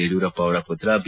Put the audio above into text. ಯಡಿಯೂರಪ್ಪ ಅವರ ಪುತ್ರ ಬಿ